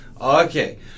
Okay